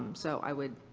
so i would.